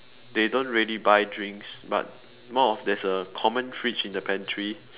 they don't really buy drinks but more of there's a common fridge in the pantry